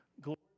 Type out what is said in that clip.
Glory